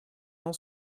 non